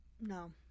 No